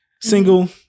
single